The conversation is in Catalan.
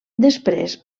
després